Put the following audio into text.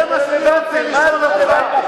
זה מה שאני רוצה לשאול אותך,